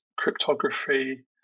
cryptography